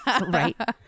Right